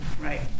Right